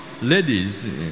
ladies